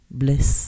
bliss